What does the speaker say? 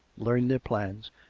learn their plans,